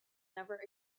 never